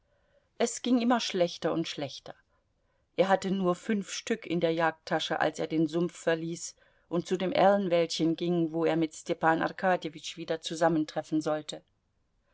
es ging immer schlechter und schlechter er hatte nur fünf stück in der jagdtasche als er den sumpf verließ und zu dem erlenwäldchen ging wo er mit stepan arkadjewitsch wieder zusammentreffen sollte